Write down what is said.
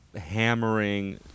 hammering